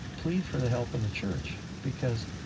plead for the help of the church. because